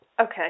Okay